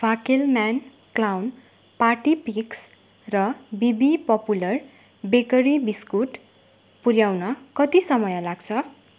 फ्याकेल man clown party picks र BB popular bakery biscuit पुऱ्याउन कति समय लाग्छ